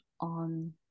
on